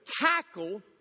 tackle